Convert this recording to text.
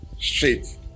straight